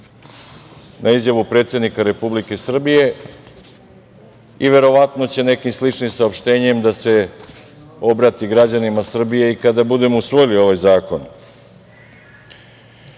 na izjavu predsednika Republike Srbije i verovatno će nekim sličnim saopštenjem da se obrati građanima Srbije i kada budemo usvojili ovaj zakon. Znači,